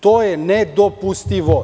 To je nedopustivo.